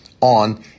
on